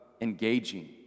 engaging